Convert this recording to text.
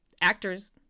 actors